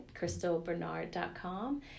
crystalbernard.com